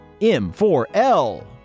M4L